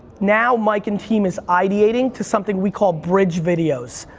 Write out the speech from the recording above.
now mike and team is ideating to something we call bridge videos.